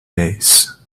days